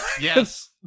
Yes